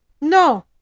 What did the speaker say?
no